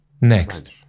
Next